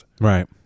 Right